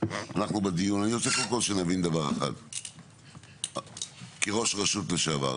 אנחנו בדיון אני רוצה קודם כל שנבין דבר אחד כראש רשות לשעבר,